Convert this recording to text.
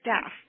staff